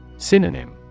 Synonym